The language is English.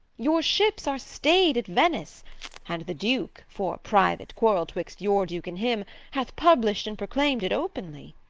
your ships are stay'd at venice and the duke for private quarrel twixt your duke and him hath publish'd and proclaim'd it openly.